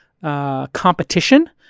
competition